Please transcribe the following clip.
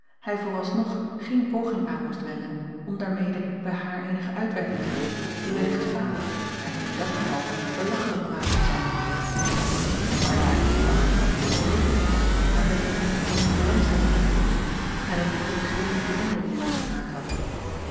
hij vooralsnog geen poging aan moest wenden om daarmede bij haar eenige uitwerking te doen die wellicht falen en hem in dat geval belachelijk maken acob van ennep laasje evenster delen zou maar daarmede wachten tot hij rekenen kon aan ettemie eenige belangstelling ingeboezemd en een bloot zedelijken indruk op haar gemaakt had